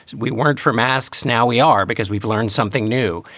we weren't for masks. now we are because we've learned something new.